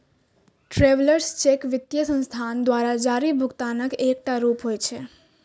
travellers cheque वित्तीय संस्थान द्वारा जारी भुगतानक एकटा रूप होइ छै